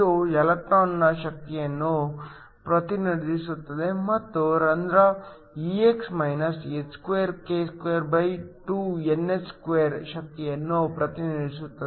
ಇದು ಎಲೆಕ್ಟ್ರಾನ್ನ ಶಕ್ತಿಯನ್ನು ಪ್ರತಿನಿಧಿಸುತ್ತದೆ ಮತ್ತು ಹೋಲ್ ಶಕ್ತಿಯನ್ನು ಪ್ರತಿನಿಧಿಸುತ್ತದೆ